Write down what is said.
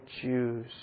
Jews